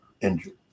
injured